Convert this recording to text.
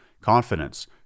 confidence